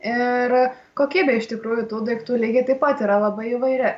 ir kokybė iš tikrųjų tų daiktų lygiai taip pat yra labai įvairi